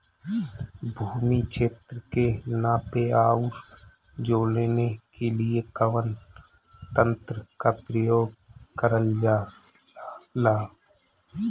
भूमि क्षेत्र के नापे आउर जोड़ने के लिए कवन तंत्र का प्रयोग करल जा ला?